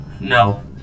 No